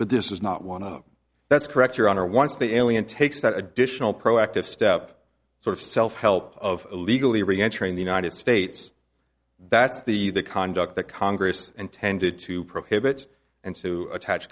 but this is not one up that's correct your honor once the alien takes that additional proactive step sort of self help of illegally re entering the united states that's the the conduct that congress intended to prohibit and to attach